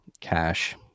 cash